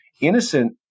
innocent